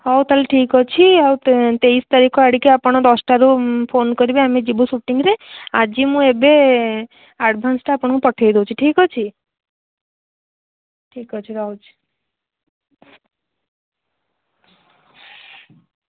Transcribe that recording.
ହଉ ତା'ହେଲେ ଠିକ୍ ଅଛି ଆଉ ତେଇଶ ତାରିଖ ଆଡ଼ିକି ଆପଣ ଦଶଟାରୁ ଫୋନ କରିବେ ଆମେ ଯିବୁ ଶୁଟିଙ୍ଗରେ ଆଜି ମୁଁ ଏବେ ଆଡ଼ଭାନ୍ସଟା ଆପଣଙ୍କୁ ପଠାଇ ଦେଉଛି ଠିକ୍ ଅଛି ଠିକ୍ ଅଛି ରହୁଛି